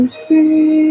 see